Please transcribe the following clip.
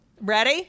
Ready